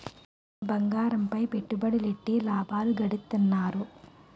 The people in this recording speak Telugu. బంగారంపై పెట్టుబడులెట్టి లాభాలు గడిత్తన్నారు